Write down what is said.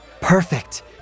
Perfect